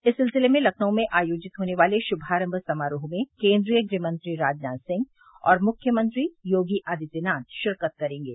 इस सिलसिले में लखनऊ में आयोजित होने वाले शुभारम्म समारोह में केन्द्रीय गृहमंत्री राजनाथ सिंह और मुख्यमंत्री योगी आदित्यनाथ शिरकत करेंगे